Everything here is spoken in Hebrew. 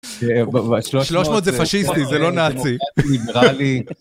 ‫300 זה פשיסטי, זה לא נאצי. ‫